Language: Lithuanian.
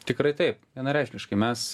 tikrai taip vienareikšmiškai mes